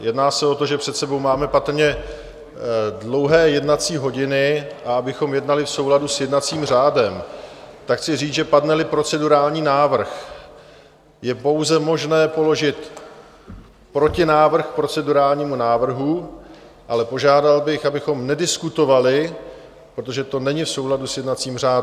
Jedná se o to, že před sebou máme patrně dlouhé jednací hodiny, a abychom jednali v souladu s jednacím řádem, tak chci říct, že padneli procedurální návrh, je pouze možné položit protinávrh k procedurálnímu návrhu, ale požádal bych, abychom nediskutovali, protože to není v souladu s jednacím řádem.